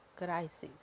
crisis